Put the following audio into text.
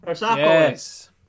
yes